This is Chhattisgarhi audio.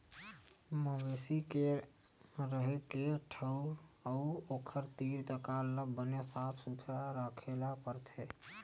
मवेशी के रेहे के ठउर अउ ओखर तीर तखार ल बने साफ सुथरा राखे ल परथे